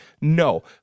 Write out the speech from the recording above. No